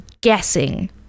guessing